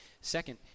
Second